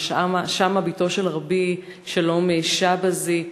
על שמעה בתו של רבי שלום שבזי.